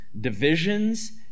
divisions